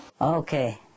Okay